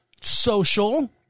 social